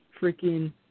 freaking